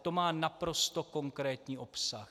To má naprosto konkrétní obsah.